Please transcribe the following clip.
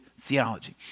theology